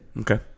Okay